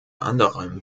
anderem